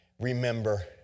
Remember